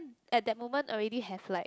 at that moment already have like